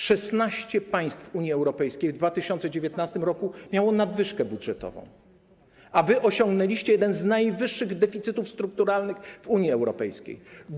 16 państw Unii Europejskiej w 2019 r. miało nadwyżkę budżetową, a wy osiągnęliście jeden z najwyższych deficytów strukturalnych w Unii Europejskiej.